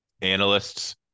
analysts